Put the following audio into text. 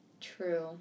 True